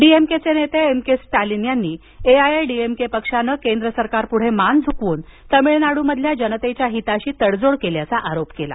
D M K नेता M K Stalin यांनी AIADMK पक्षानं केंद्र सरकारपुढे मान झुकवून तामिळनाडूमधील जनतेच्या हिताशी तडजोड केल्याचा आरोप केला